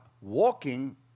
walking